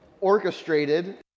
orchestrated